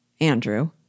Andrew